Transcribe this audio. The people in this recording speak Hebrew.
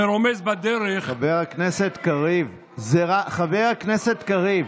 חבר הכנסת קריב, חבר הכנסת קריב,